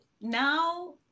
now